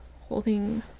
holding